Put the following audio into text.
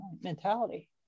mentality